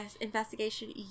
investigation